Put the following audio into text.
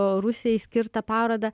rusijai skirtą parodą